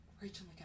Rachel